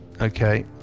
okay